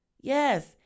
Yes